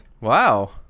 Wow